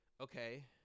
okay